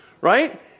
Right